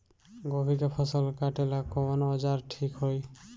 गोभी के फसल काटेला कवन औजार ठीक होई?